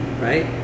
right